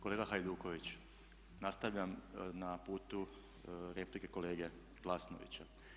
Kolega Hajduković, nastavljam na putu replike kolege Glasnovića.